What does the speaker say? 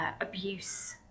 abuse